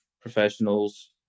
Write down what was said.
professionals